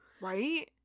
right